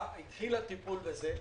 התחיל הטיפול בזה,